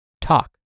Talk